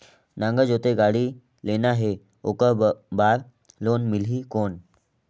नागर जोते गाड़ी लेना हे ओकर बार लोन मिलही कौन?